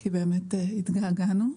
כי התגעגענו.